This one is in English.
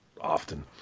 often